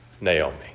Naomi